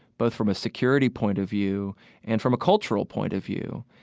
both from a security point of view and from a cultural point of view,